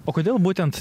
o kodėl būtent